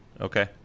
okay